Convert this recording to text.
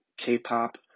K-pop